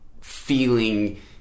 feeling